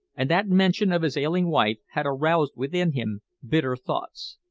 and that mention of his ailing wife had aroused within him bitter thoughts.